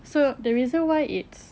so the reason why it's